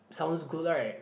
sounds good right